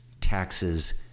taxes